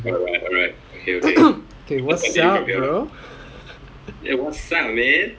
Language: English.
what's up bro